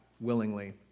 willingly